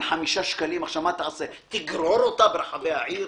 על 5 שקלים תגרור אותה ברחבי העיר